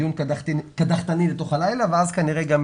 דיון קדחתני לתוך הלילה ואז כנראה גם